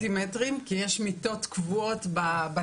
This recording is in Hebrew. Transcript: אתה לא מוסיף סנטימטרים כי יש מיטות קבועות בתא.